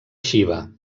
xiva